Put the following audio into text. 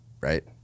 Right